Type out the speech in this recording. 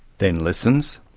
then listens,